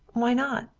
why not!